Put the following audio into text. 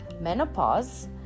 menopause